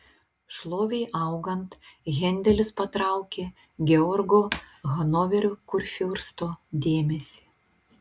šlovei augant hendelis patraukė georgo hanoverio kurfiursto dėmesį